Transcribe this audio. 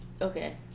Okay